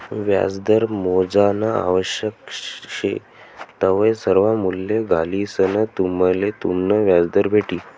व्याजदर मोजानं आवश्यक शे तवय सर्वा मूल्ये घालिसंन तुम्हले तुमनं व्याजदर भेटी